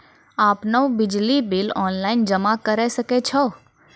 आपनौ बिजली bill online जमा करै सकै छौ?